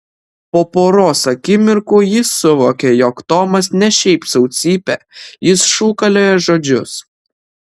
po poros akimirkų jis suvokė jog tomas ne šiaip sau cypia jis šūkalioja žodžius